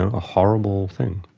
a horrible thing.